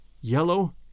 yellow